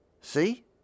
See